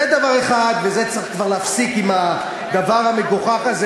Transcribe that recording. זה דבר אחד, וצריך כבר להפסיק עם הדבר המגוחך הזה.